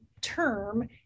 term